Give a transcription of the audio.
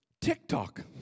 TikTok